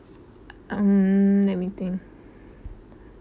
um let me think